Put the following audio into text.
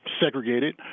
segregated